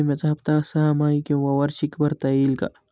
विम्याचा हफ्ता सहामाही किंवा वार्षिक भरता येईल का?